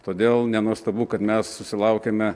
todėl nenuostabu kad mes susilaukiame